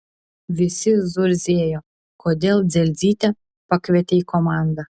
visi zurzėjo kodėl dzelzytę pakvietė į komandą